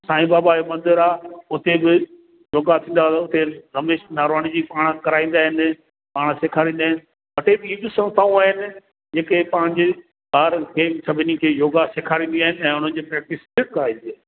साईं बाबा जो मंदरु आहे उते बि योगा थींदा अथव उते रमेश नारवाणी जी पाण कराईंदा आहिनि पाण सेखारींदा आहिनि ॿ टे ॿी बि संस्थाऊं आहिनि जेके हितां जे ॿारनि खे सभिनी खे योगा सेखारींदी आहिनि ऐं उन्हनि जो प्रैक्टिस फिक्स आहे इएं